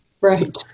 right